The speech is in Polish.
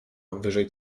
wyżej